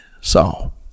Saul